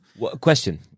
question